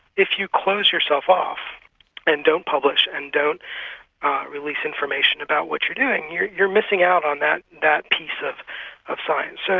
if you close yourself off and don't publish and don't release information about what you're doing, you're you're missing out on that that piece of of science. so